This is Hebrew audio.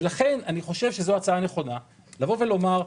לכן אני חושב שזו הצעה נכונה לבוא ולומר,